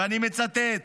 ואני מצטט: